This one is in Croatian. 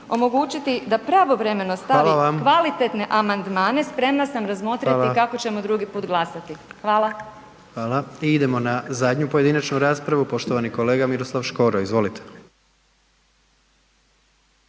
omogućiti da pravovremeno stavi …/Upadica: Hvala vam/…kvalitetne amandmane, spremna sam razmotriti kako ćemo drugi put glasati. Hvala. **Jandroković, Gordan (HDZ)** Hvala. I idemo na zadnju pojedinačnu raspravu, poštovani kolega Miroslav Škoro izvolite.